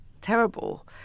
terrible